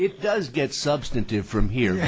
it does get substantive from he